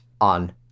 on